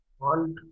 want